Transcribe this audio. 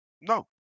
no